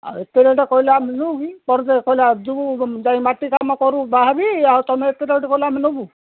ଆଉ ଏତେ ରେଟ୍ କହିଲେ ଆମେ ନେବୁ କି କହିଲେ ଯିବୁ ଯାଇ ମାଟି କାମ କରୁ ବାହାରେ ଆଉ ତୁମେ ଏତେ ରେଟ୍ କହିଲେ ଆମେ ନେବୁ